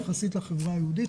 יחסית לחברה היהודית,